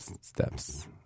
steps